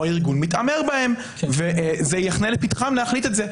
ארגון שמתעמר בהם וזה יונח לפתחם להחליט את זה.